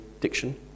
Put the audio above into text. diction